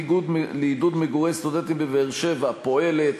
תוכנית לעידוד מגורי סטודנטים בבאר-שבע, פועלת,